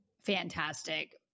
fantastic